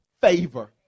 favor